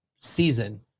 season